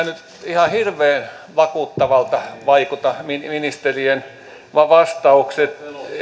nyt ihan hirveän vakuuttavilta vaikuta ministerien vastaukset